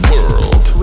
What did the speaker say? World